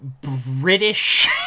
British